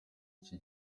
iki